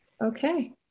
Okay